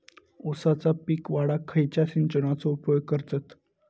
ऊसाचा पीक वाढाक खयच्या सिंचनाचो उपयोग करतत?